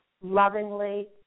lovingly